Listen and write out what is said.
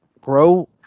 grow